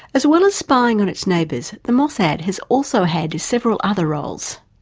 as well as spying on its neighbours, the mossad has also had several other roles.